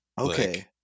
Okay